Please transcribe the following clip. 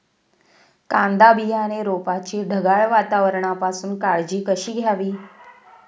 कांदा बियाणे रोपाची ढगाळ वातावरणापासून काळजी कशी घ्यावी?